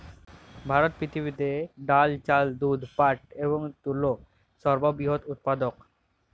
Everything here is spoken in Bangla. ভারত পৃথিবীতে ডাল, চাল, দুধ, পাট এবং তুলোর সর্ববৃহৎ উৎপাদক